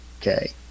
okay